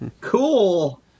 Cool